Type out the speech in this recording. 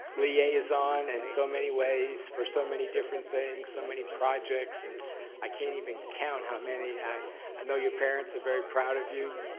liaison, and so many ways for so many different things, so many projects, and i can't even count how many. i know your parents are very proud of you.